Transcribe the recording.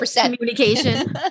communication